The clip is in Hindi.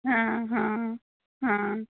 हाँ हाँ हाँ